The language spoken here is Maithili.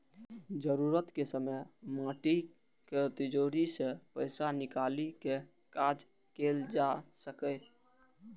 जरूरत के समय माटिक तिजौरी सं पैसा निकालि कें काज कैल जा सकैए